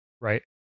right